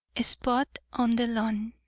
a spot on the lawn